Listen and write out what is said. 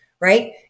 right